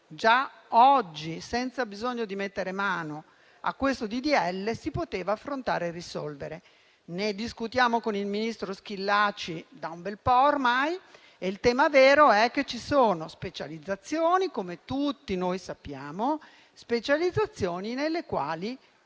già oggi, senza bisogno di mettere mano al presente disegno di legge, si poteva affrontare e risolvere. Ne discutiamo con il ministro Schillaci da molto ormai e il tema vero è che ci sono specializzazioni, come tutti noi sappiamo, alle quali